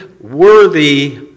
worthy